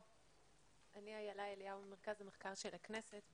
אני ממרכז המחקר של הכנסת.